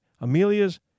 Amelia's